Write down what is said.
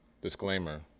disclaimer